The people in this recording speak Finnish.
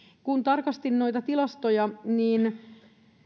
kun tarkastin tilastoja niin